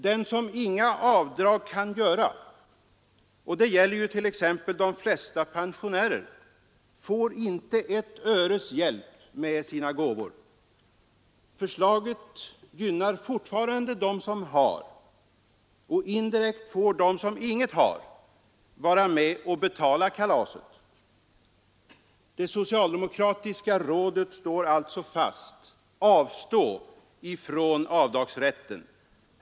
Den som inga avdrag kan göra — och det gäller t.ex. de flesta pensionärer — får inte ett öres hjälp med sina gåvor. Förslaget gynnar fortfarande dem som har, och indirekt får de som inget har vara med och betala kalaset. Det socialdemokratiska rådet står alltså fast: Avstå från avdragsrätten!